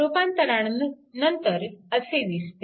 रूपांतरणानंतर असे दिसते